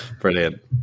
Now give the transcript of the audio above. Brilliant